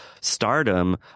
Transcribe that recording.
stardom